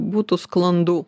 būtų sklandu